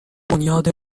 بنیاد